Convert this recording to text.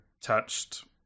touched